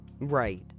Right